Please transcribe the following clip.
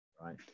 right